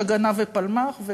איש "ההגנה" ופלמ"ח,